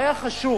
היה חשוב